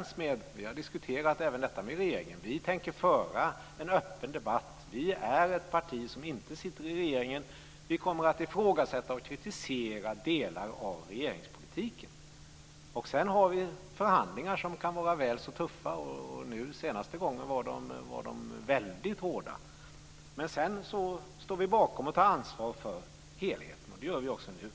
åsikt, och vi har diskuterat även detta med regeringen. Vi tänker föra en öppen debatt. Vänsterpartiet är ett parti som inte sitter i regeringen. Vi kommer att ifrågasätta och kritisera delar av regeringspolitiken. Vi har förhandlingar som kan vara väl så tuffa. Nu senaste gången var de väldigt hårda. Sedan står vi bakom och tar ansvar för helheten. Det gör vi också nu.